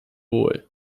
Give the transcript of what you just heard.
wohl